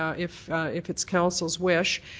ah if if it's council's wish,